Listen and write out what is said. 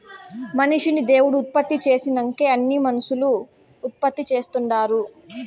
మనిషిని దేవుడు ఉత్పత్తి చేసినంకే అన్నీ మనుసులు ఉత్పత్తి చేస్తుండారు